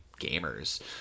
gamers